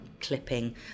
clipping